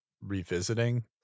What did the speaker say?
revisiting